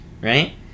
right